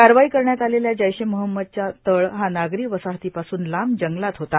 कारवाई करण्यात आलेल्या जैश ए मोहम्मदचा तळ हा नागरी वसाहतीपासून लांब जंगलात होता